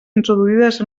introduïdes